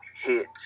hits